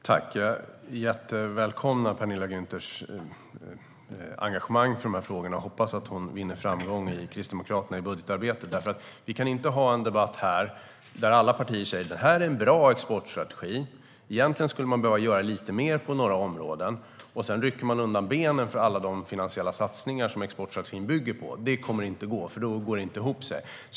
Herr talman! Jag välkomnar verkligen Penilla Gunthers engagemang i frågorna och hoppas att hon vinner framgång i Kristdemokraterna i budgetarbetet. Vi kan inte ha en debatt här där alla partier först säger att detta är en bra exportstrategi och att man egentligen skulle behöva göra lite mer på några områden och sedan rycker undan benen för alla de finansiella satsningar som exportstrategin bygger på. Det kommer inte att gå, för då går det inte ihop.